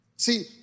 See